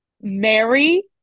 Mary